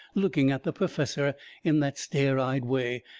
looking at the perfessor in that stare-eyed way.